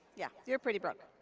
yeah, you're pretty broke.